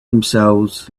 themselves